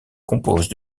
compose